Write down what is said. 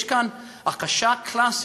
יש כאן הכחשה קלאסית,